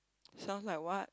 sounds like what